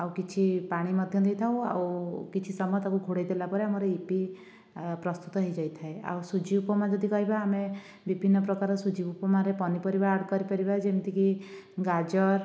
ଆଉ କିଛି ପାଣି ମଧ୍ୟ ଦେଇଥାଉ ଆଉ କିଛି ସମୟ ତା'କୁ ଘୋଡ଼େଇ ଦେଲାପରେ ଆମର ୟିପି ପ୍ରସ୍ତୁତ ହେଇଯାଇଥାଏ ଆଉ ସୁଜି ଉପମା ଯଦି କହିବା ଆମେ ବିଭିନ୍ନ ପ୍ରକାର ସୁଜି ଉପମାରେ ପନିପରିବା ଆଡ଼୍ କରିପାରିବ ଯେମିତିକି ଗାଜର